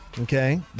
Okay